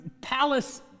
palace